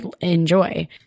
enjoy